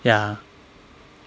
ya